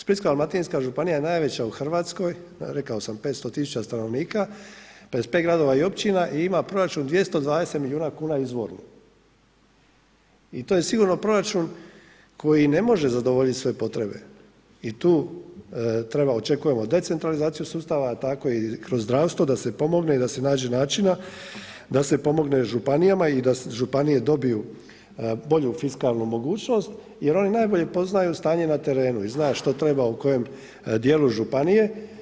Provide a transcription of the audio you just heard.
Splitsko-dalmatinska županija je najveća u Hrvatskoj, rekao sam 500 tisuća stanovnika, 55 gradova i općina i ima proračun 220 milijuna kuna izvorno i to je sigurno proračun koji ne može zadovoljiti sve potrebe i tu treba očekujemo decentralizaciju sustava tako i kroz zdravstvo da se pomogne i da se nađe načina da se pomogne županijama i da županije dobiju bolju fiskalnu mogućnost jer oni najbolje poznaju stanje na terenu i znaju što treba u kojem dijelu županije.